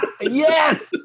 yes